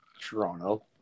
Toronto